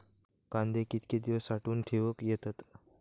कांदे कितके दिवस साठऊन ठेवक येतत?